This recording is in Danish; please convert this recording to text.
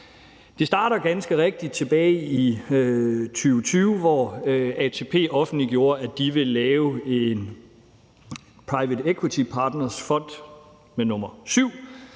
Det starter ganske rigtigt tilbage i 2020, hvor ATP offentliggjorde, at de ville lave en Private Equity Partners-fond, med nummer VII,